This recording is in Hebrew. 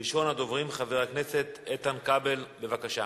ראשון הדוברים, חבר הכנסת איתן כבל, בבקשה.